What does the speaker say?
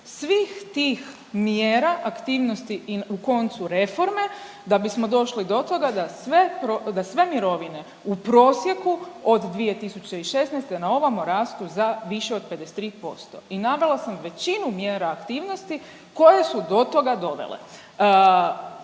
svih tih mjera aktivnosti i u koncu reforme da bismo došli do toga da sve mirovine u prosjeku od 2016. na ovamo rastu za više od 53%. I navela sam većinu mjera aktivnosti koje su do toga dovele.